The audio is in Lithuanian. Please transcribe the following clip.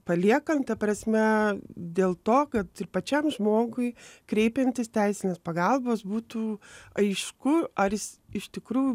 paliekant ta prasme dėl to kad ir pačiam žmogui kreipiantis teisinės pagalbos būtų aišku ar jis iš tikrųjų